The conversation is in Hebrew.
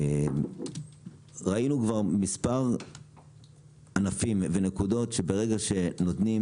ראינו כבר מספר ענפים ונקודות שברגע שנותנים